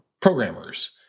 programmers